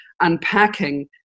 unpacking